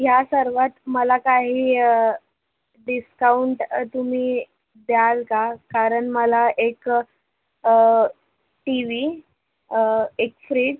ह्या सर्वात मला काही डिस्काउंट तुम्ही द्याल का कारण मला एक टी व्ही एक फ्रीज